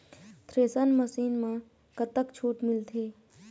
Thresher machine म कतक छूट मिलथे?